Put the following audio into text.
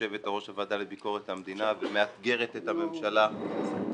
כיושבת ראש הוועדה לביקורת המדינה ומאתגרת את הממשלה בצורה